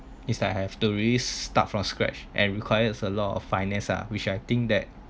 it's like have to restart from scratch and requires a lot of finance ah which I think that